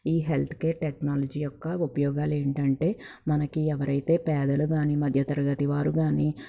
ఈ health care technology యొక్క ఉపయోగాలేంటంటే మనకి ఎవరైతే పేదలు కానీ మధ్యతరగతివారు కానీ